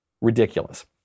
ridiculous